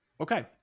okay